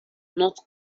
not